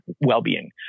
well-being